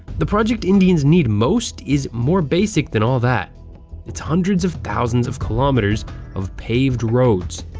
the project indians need most is more basic than all that it's hundreds of thousands of kilometers of paved roads.